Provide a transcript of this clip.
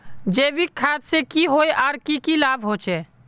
जैविक खाद की होय आर की की लाभ होचे?